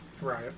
Right